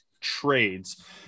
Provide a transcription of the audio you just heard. trades